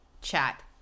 chat